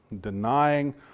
denying